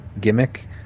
gimmick